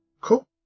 Cool